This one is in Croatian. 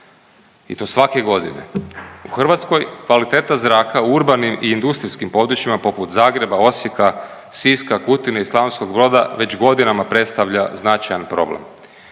i to svake godine. U Hrvatskoj kvaliteta zraka u urbanim i industrijskim područjima poput Zagreba, Osijeka, Siska, Kutine i Slavonskog Broda već godinama predstavlja značajan problem.